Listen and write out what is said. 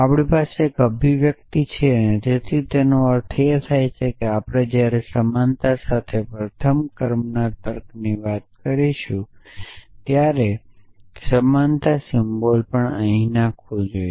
આપણી પાસે એક અભિવ્યક્તિ છે તેથી તેનો અર્થ એ કે જ્યારે આપણે સમાનતા સાથે પ્રથમ ક્રમમાં તર્કની વાત કરીશું ત્યારે સમાનતા સિમ્બોલ પણ અહીં નાખવું જોઈએ